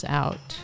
out